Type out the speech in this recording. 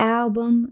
album